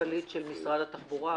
המנכ"לית של משרד התחבורה,